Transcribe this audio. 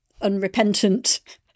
unrepentant